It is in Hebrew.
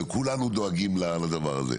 כולנו דואגים לדבר הזה.